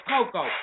Coco